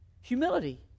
Humility